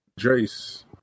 Drace